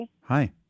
Hi